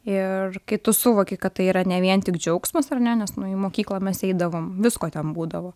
ir kai tu suvoki kad tai yra ne vien tik džiaugsmas ar ne nes nu į mokyklą mes eidavom visko ten būdavo